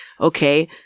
okay